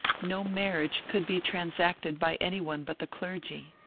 no marriage could be transacted by any one but the clergy.